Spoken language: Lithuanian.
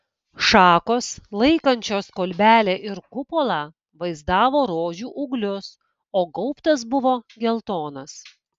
šakos laikančios kolbelę ir kupolą vaizdavo rožių ūglius o gaubtas buvo geltonas